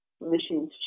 machines